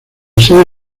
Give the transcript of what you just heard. sede